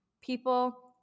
people –